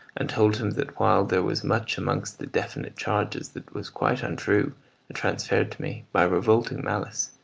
and told him that while there was much amongst the definite charges that was quite untrue and transferred to me by revolting malice,